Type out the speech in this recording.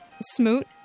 Smoot